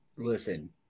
Listen